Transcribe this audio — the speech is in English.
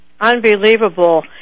Unbelievable